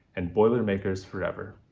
and boilermakers forever.